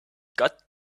got